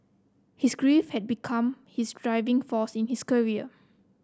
his grief had become his driving force in his career